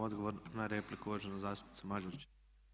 Odgovor na repliku, uvažena zastupnica Mađerić.